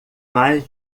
mais